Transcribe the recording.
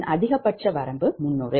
அதன் அதிகபட்ச வரம்பு 300